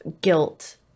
guilt